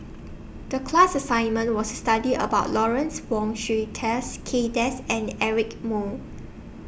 The class assignment was to study about Lawrence Wong Shyun Tsai Kay Das and Eric Moo